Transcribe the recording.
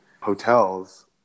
hotels